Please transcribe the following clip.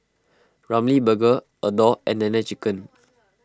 Ramly Burger Adore and Nene Chicken